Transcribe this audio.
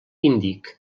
índic